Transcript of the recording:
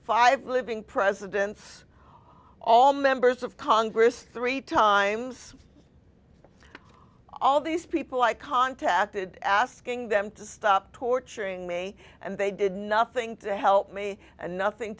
five living presidents all members of congress three times all these people i contacted asking them to stop torturing me and they did nothing to help me and nothing